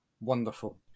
wonderful